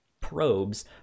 probes